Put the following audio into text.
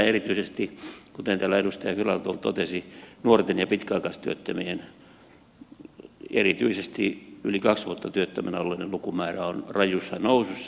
erityisesti kuten täällä edustaja filatov totesi nuorten ja pitkäaikaistyöttömien erityisesti yli kaksi vuotta työttömänä olleiden lukumäärä on rajussa nousussa